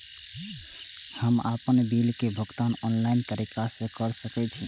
हम आपन बिल के भुगतान ऑनलाइन तरीका से कर सके छी?